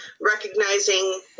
recognizing